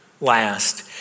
last